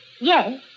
Yes